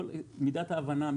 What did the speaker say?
מידת ההבנה,